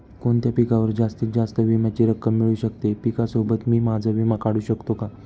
कोणत्या पिकावर जास्तीत जास्त विम्याची रक्कम मिळू शकते? पिकासोबत मी माझा विमा काढू शकतो का?